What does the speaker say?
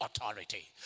authority